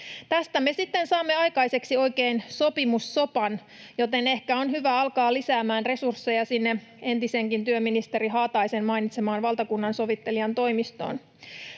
sitten saamme aikaiseksi oikein sopimussopan, joten ehkä on hyvä alkaa lisäämään resursseja sinne entisen työministeri Haataisenkin mainitsemaan valtakunnansovittelijan toimistoon,